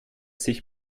sich